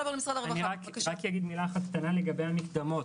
לגבי המקדמות: